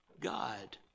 God